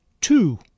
two